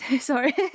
Sorry